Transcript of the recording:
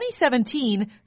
2017